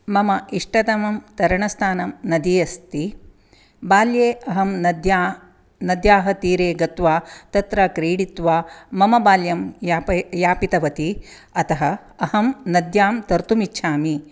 मम इष्टतमं तरणस्थानं नदी अस्ति बाल्ये अहं नद्यां नद्याः तीरे गत्वा तत्र क्रीडित्वा मम बाल्यं याप यापितवती अतः अहं नद्यां तर्तुमिच्छामि